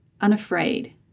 unafraid